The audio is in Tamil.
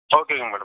ஓகேங்க மேடம்